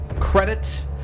credit